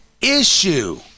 issue